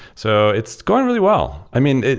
so it's going really well. i mean,